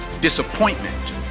disappointment